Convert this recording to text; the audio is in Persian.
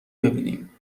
ببینیم